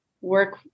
work